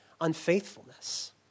unfaithfulness